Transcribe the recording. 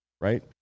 right